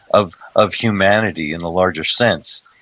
of of humanity in the larger sense.